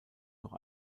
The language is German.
noch